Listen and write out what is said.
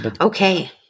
okay